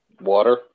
Water